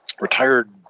Retired